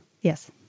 Yes